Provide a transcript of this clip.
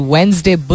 Wednesday